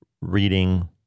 reading